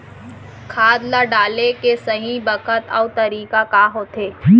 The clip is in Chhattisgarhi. खाद ल डाले के सही बखत अऊ तरीका का होथे?